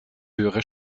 höhere